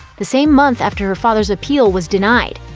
the same month, after her father's appeal was denied.